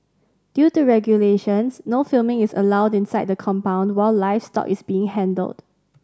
due to regulations no filming is allowed inside the compound while livestock is being handled